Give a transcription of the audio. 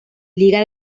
liga